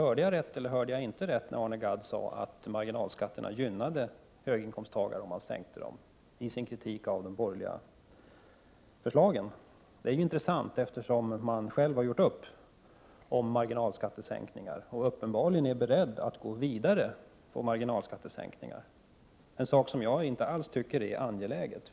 Hörde jag rätt när Arne Gadd i sin kritik av de borgerliga förslagen sade att en sänkning av marginalskatterna gynnar höginkomsttagarna? Detta är intressant, eftersom socialdemokraterna har gjort upp om marginalskattesänkningar och uppenbarligen är beredda att gå vidare med sådana. Marginalskattesänkningar är något som jag inte alls tycker är angeläget.